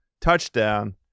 touchdown